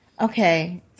Okay